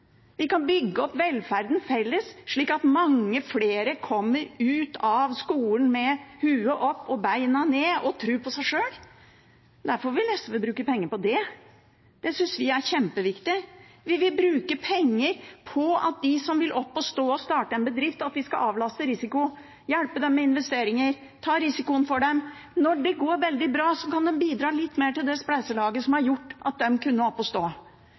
kan bygge opp velferden felles, slik at mange flere kommer ut av skolen med hodet opp og bena ned og tro på seg selv. Derfor vil SV bruke penger på det. Det synes vi er kjempeviktig. Vi vil bruke penger på å avlaste risiko for dem som vil opp og stå og starte en bedrift, hjelpe dem med investeringer, ta risikoen for dem. Når det går veldig bra, kan de bidra litt mer til det spleiselaget som har gjort at